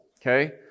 okay